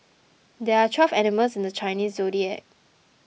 there are twelve animals in the Chinese zodiac